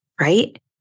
right